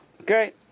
Okay